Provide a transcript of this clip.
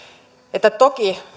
että toki